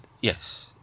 yes